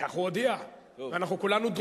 כך הוא הודיע, ואנחנו כולנו דרוכים.